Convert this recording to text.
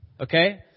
Okay